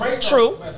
True